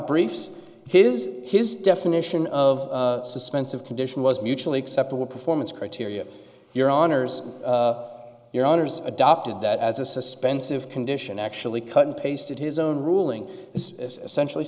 briefs his his definition of suspense of condition was mutually acceptable performance criteria your honors your honors adopted that as a suspense of condition actually cut and pasted his own ruling is essentially